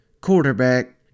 quarterback